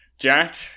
Jack